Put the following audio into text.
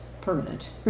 permanent